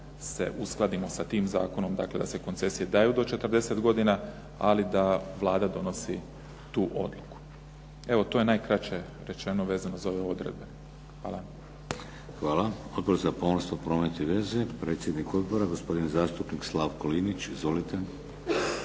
da se uskladimo sa tim zakonom, dakle da se koncesije daju do 40 godina ali da Vlada donosi tu odluku. Evo, to je najkraće rečeno vezano za ove odredbe. Hvala. **Šeks, Vladimir (HDZ)** Hvala. Odbor za pomorstvo, promet i veze, predsjednik Odbora gospodin zastupnik Slavko Linić. Izvolite.